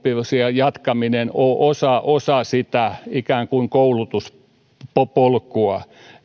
jatkaminen ole osa osa sitä koulutuspolkua